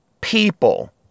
people